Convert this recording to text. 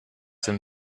dem